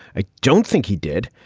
i don't think he did.